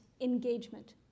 engagement